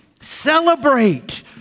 Celebrate